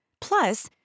Plus